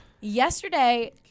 Yesterday